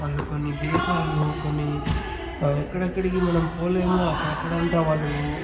వాళ్ళు కొన్ని దేశాలు కొన్ని ఎక్కడెక్కడికి మనం పోలేమో అక్కడక్కడ అంత వాళ్ళు